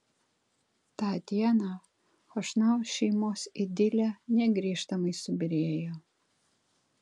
tą dieną chošnau šeimos idilė negrįžtamai subyrėjo